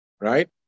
Right